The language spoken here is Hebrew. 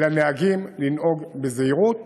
לנהגים לנהוג בזהירות,